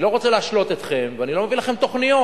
אני לא רוצה להשלות אתכם ואני לא מביא לכם תוכניות,